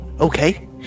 Okay